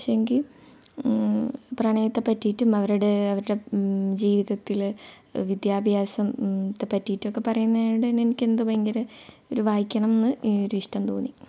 പക്ഷേങ്കി പ്രണയത്തെ പറ്റിയിട്ടും അവരുടെ അവരുടെ ജീവിതത്തിൽ വിദ്യാഭ്യാസത്തെപ്പറ്റിയിട്ടൊക്കെ പറയുന്നത് കൊണ്ട് തന്നെ എനിക്കെന്തോ ഭയങ്കര ഒരു വായിക്കണം എന്ന് ഒരിഷ്ടം തോന്നി